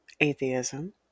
atheism